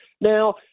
Now